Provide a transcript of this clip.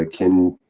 ah can,